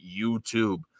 YouTube